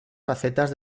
facetas